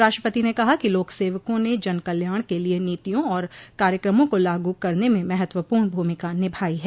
राष्ट्रपति ने कहा कि लोक सेवकों ने जन कल्याण के लिए नीतियों और कार्यक्रमों को लागू करने में महत्वपूर्ण भूमिका निभाई है